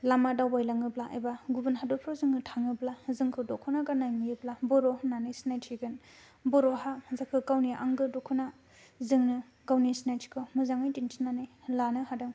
लामा दावबायलांङोब्ला एबा गुबुन हादरफ्राव जोंङो थांङोब्ला जोंखौ दख'ना गाननाय नुयोब्ला बर' होननानै सिनायथि होगोन बर'हा जेखौ आंगो दख'ना जोंङो गावनि सिनायथिखौ मोजांङै दिन्थिनानै लानो हादों